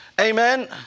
amen